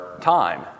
time